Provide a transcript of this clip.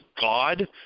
God